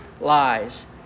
lies